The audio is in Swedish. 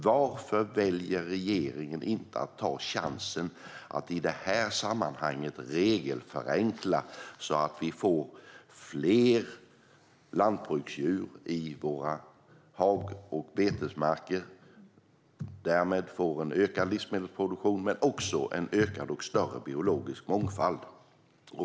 Varför väljer regeringen inte att ta chansen att i detta sammanhang regelförenkla, så att vi får fler lantbruksdjur i våra hag och betesmarker? Därmed skulle vi få såväl en ökad livsmedelsproduktion som en ökad biologisk mångfald.